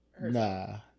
Nah